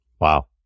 Wow